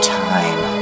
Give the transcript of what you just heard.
time